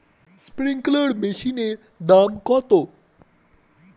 Sprinkler মেশিনের দাম কত?